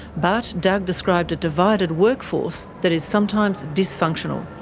but doug described a divided workforce that is sometimes dysfunctional.